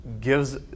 gives